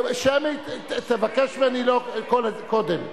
שמית, תבקש ממני קודם.